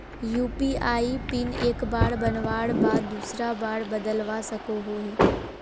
UPI PIN एक बार बनवार बाद दूसरा बार बदलवा सकोहो ही?